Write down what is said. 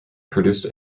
produced